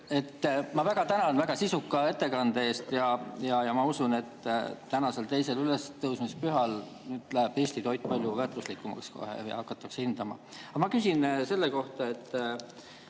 Ma väga tänan väga sisuka ettekande eest. Ma usun, et tänasel teisel ülestõusmispühal läheb Eesti toit palju väärtuslikumaks, seda hakatakse hindama. Aga ma küsin selle kohta, et